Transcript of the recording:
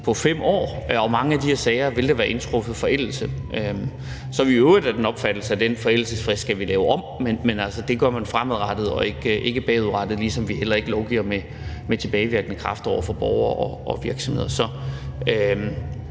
og der vil i mange af de her sager være indtruffet forældelse. Så er vi i øvrigt af den opfattelse, at vi skal lave den forældelsesfrist om, men det skal gøres fremadrettet og ikke bagudrettet, ligesom vi heller ikke lovgiver med tilbagevirkende kraft over for borgere og virksomheder.